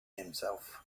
himself